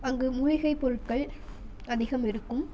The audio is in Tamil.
அங்கு மூலிகை பொருட்கள் அதிகம் இருக்கும்